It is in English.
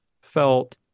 felt